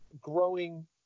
growing